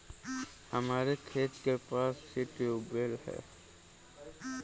हमारे खेत के पास ही ट्यूबवेल है